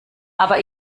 aber